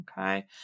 Okay